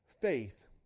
Faith